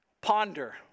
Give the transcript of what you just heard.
ponder